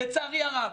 לצערי הרב.